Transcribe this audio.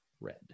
red